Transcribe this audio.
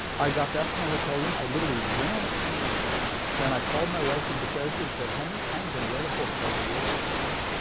i got back to my hotel room. i literally ran up to my room and i called my wife in bethesda and said honey, i'm gonna write a book called the world is flat.